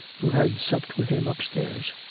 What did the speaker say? who had supped with him upstairs.